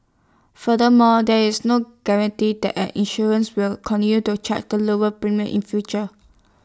furthermore there is no guarantee that an insurance will continue to charge the lower premiums in future